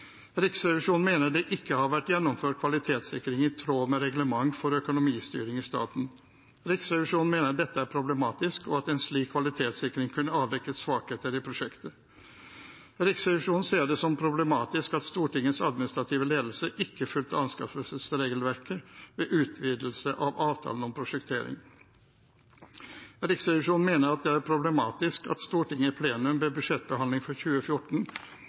Riksrevisjonen mener det ikke har vært gjennomført kvalitetssikring i tråd med reglementet for økonomistyring i staten. Riksrevisjonen mener dette er problematisk, og at en slik kvalitetssikring kunne avdekket svakheter i prosjektet. Riksrevisjonen ser det som problematisk at Stortingets administrative ledelse ikke fulgte anskaffelsesregelverket ved utvidelsen av avtalen om prosjektering. Riksrevisjonen mener at det er problematisk at Stortinget i plenum ved budsjettbehandlingen for 2014